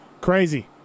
crazy